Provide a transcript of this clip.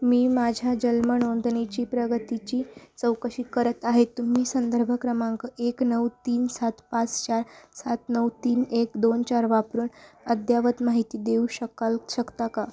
मी माझ्या जल्म नोंदणीची प्रगतीची चौकशी करत आहे तुम्ही संदर्भ क्रमांक एक नऊ तीन सात पाच चार सात नऊ तीन एक दोन चार वापरून अद्ययावत माहिती देऊ शकाल शकता का